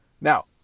Now